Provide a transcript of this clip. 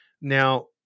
Now